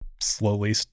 slowly